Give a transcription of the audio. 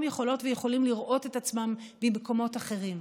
יכולות ויכולים לראות את עצמם במקומות אחרים.